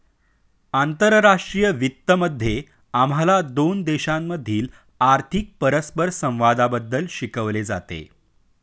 आंतरराष्ट्रीय वित्त मध्ये आम्हाला दोन देशांमधील आर्थिक परस्परसंवादाबद्दल शिकवले जाते